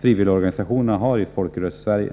frivilligorganisationerna har i Folkrörelsesverige.